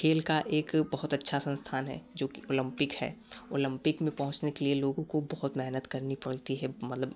खेल का एक बहुत अच्छा सँस्थान है जो कि ओलँपिक है ओलँपिक में पहुँचने के लिए लोगों को बहुत मेहनत करनी पड़ती है मतलब